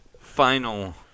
final